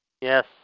Yes